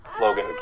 Logan